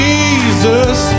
Jesus